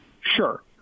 Sure